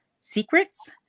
secrets